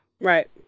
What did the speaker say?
Right